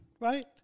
Right